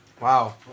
Wow